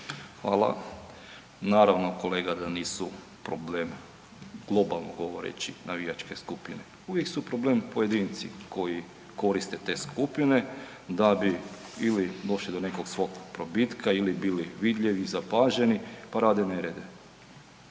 Hvala. Naravno kolega da nisu problem globalno govoreni navijačke skupine, uvijek su problem pojedinci koji koriste te skupine da bi ili došli do nekog svog probitka ili bili vidljivi, zapaženi pa rade nerede.